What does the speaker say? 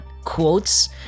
quotes